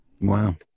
Wow